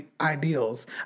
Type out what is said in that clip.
ideals